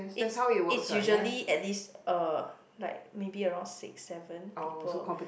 it's it's usually at least uh like maybe around six seven people